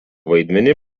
vaidmenį